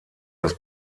das